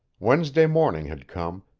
wednesday morning had come,